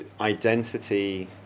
identity